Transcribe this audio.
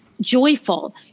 joyful